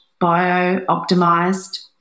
bio-optimized